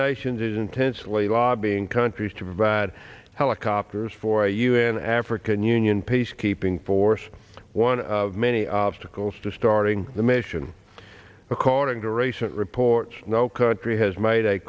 nations is intensely lobbying countries to provide helicopters for a un african union peacekeeping force one of many obstacles to starting the mission according to recent reports no country has made a